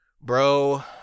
Bro